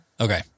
Okay